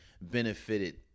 benefited